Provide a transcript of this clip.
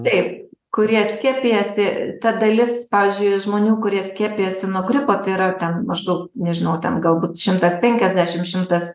taip kurie skiepijasi ta dalis pavyzdžiui žmonių kurie skiepijasi nuo gripo tai yra ten maždaug nežinau ten galbūt šimtas penkiasdešimt šimtas